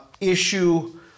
issue